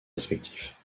respectifs